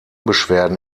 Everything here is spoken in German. beschwerden